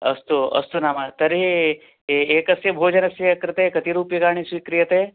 अस्तु अस्तु नाम तर्हि ए एकस्य भोजनस्य कृते कति रूप्यकाणि स्वीक्रियते